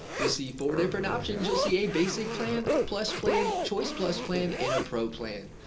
you'll see four different options. you'll see a basic plan, plus plan, choice plus plan, and a pro plan.